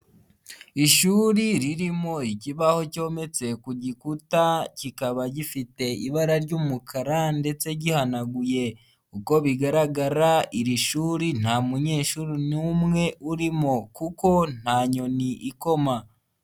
Ishuri ririmo ikibaho cyometse ku gikuta, kikaba gifite ibara ry'umukara ndetse gihanaguye. Uko bigaragara iri shuri nta munyeshuri n'umwe urimo kuko nta nyoni ikoma.